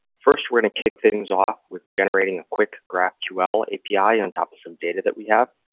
first, we're going to kick things off with generating a quick graphql api on top of some data that we have.